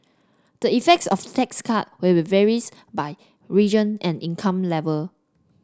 the effects of the tax cut will be varies by region and income level